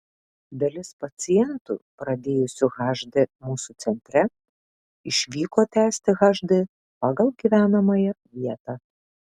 dalis pacientų pradėjusių hd mūsų centre išvyko tęsti hd pagal gyvenamąją vietą